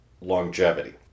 longevity